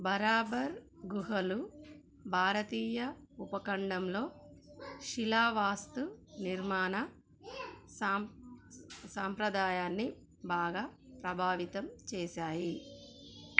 బరాబర్ గుహలు భారతీయ ఉపఖండంలో శిలా వాస్తు నిర్మాణ సాంప్రదాయాన్ని బాగా ప్రభావితం చేశాయి